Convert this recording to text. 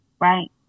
Right